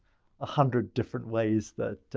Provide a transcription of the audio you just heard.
a hundred different ways that,